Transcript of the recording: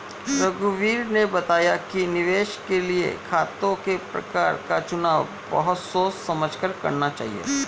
रघुवीर ने बताया कि निवेश के लिए खातों के प्रकार का चुनाव बहुत सोच समझ कर करना चाहिए